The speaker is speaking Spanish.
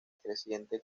creciente